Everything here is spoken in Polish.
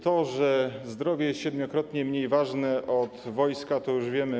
To, że zdrowie jest siedmiokrotnie mniej ważne od wojska, to już wiemy.